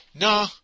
No